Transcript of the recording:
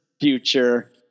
future